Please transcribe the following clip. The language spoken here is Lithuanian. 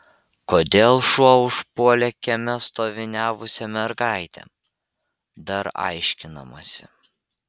kodėl šuo užpuolė kieme stoviniavusią mergaitę dar aiškinamasi